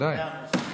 הנושא